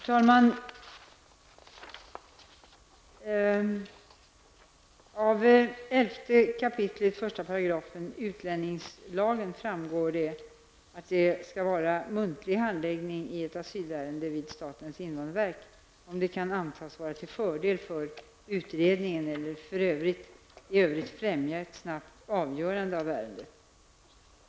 Herr talman! Av 11 kap. 1 § utlänningslagen framgår att det skall ingå muntlig handläggning i ett asylärende vid statens invandrarverk, om det kan antas vara till fördel för utredningen eller i övrigt främja ett snabbt avgörande av ärendet.